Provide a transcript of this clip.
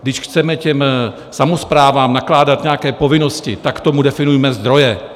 Když chceme samosprávám nakládat nějaké povinnosti, tak k tomu definujme zdroje.